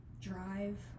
drive